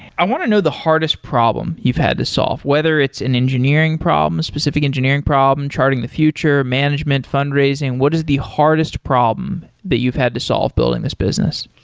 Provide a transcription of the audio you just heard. i want to know the hardest problem you've had to solve, whether it's an engineering problem, specific engineering problem, charting the future, management, fundraising, what is the hardest problem that you've had to solve building this business?